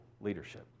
leadership